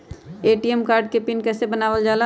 ATM card के PIN कैसे बनावल जाला?